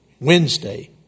Wednesday